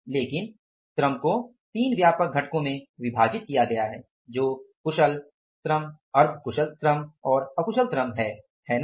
लेकिन श्रम को 3 व्यापक घटकों में विभाजित किया गया है जो कुशल श्रम अर्ध कुशल श्रम और अकुशल श्रम है है ना